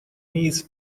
نیز